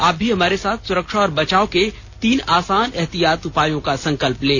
आप भी हमारे साथ सुरक्षा और बचाव के तीन आसान एहतियाती उपायों का संकल्प लें